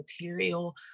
material